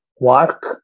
Work